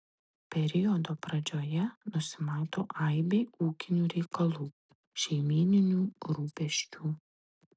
periodo pradžioje nusimato aibė ūkinių reikalų šeimyninių rūpesčių